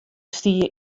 stie